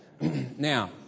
Now